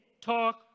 talk